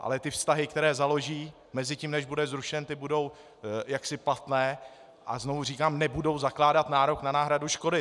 Ale vztahy, které založí mezitím, než bude zrušen, ty budou platné, a znovu říkám, nebudou zakládat nárok na náhradu škody.